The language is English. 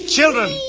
Children